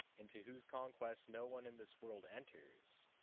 into whose conquest no one in this world enters,